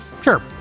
Sure